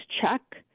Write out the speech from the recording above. check